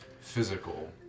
physical